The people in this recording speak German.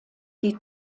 die